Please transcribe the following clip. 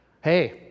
hey